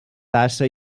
tassa